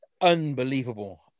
Unbelievable